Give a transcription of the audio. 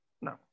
No